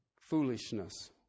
foolishness